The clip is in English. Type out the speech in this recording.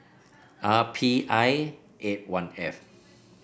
R P I eight one F